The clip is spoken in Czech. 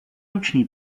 ruční